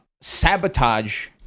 sabotage